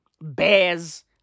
Bears